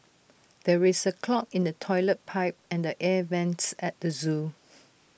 there is A clog in the Toilet Pipe and the air Vents at the Zoo